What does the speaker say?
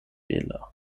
bela